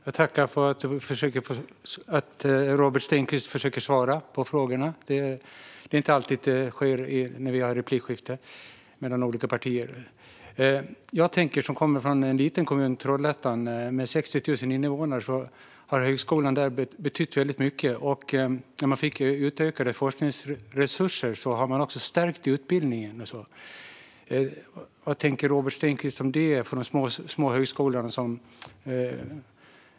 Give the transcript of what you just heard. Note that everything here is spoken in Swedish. Fru talman! Jag tackar för att Robert Stenkvist försöker att svara på frågorna. Det är inte alltid det sker när vi har replikskifte mellan olika partier. Jag kommer från en liten kommun, Trollhättan, med 60 000 invånare. Där har högskolan betytt väldigt mycket. När man fick utökade forskningsresurser stärkte det utbildningen. Vad tänker Robert Stenkvist om det för de små högskolorna?